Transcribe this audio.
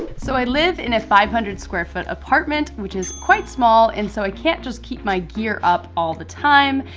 so i live in a five hundred square foot apartment which is quite small and so i can't just keep my gear up all the time,